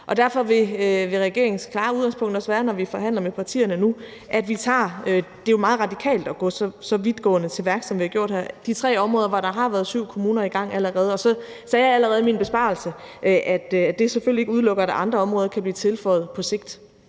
Det er jo meget radikalt at gå så vidtgående til værks, som vi har gjort her, altså de tre områder, hvor der har været syv kommuner i gang allerede. Og så sagde jeg allerede i min besvarelse, at det selvfølgelig ikke udelukker, at andre områder kan blive tilføjet på sigt.